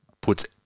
puts